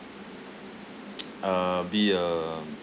uh be a